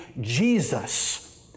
Jesus